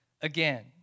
again